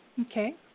Okay